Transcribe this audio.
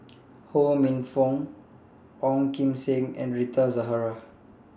Ho Minfong Ong Kim Seng and Rita Zahara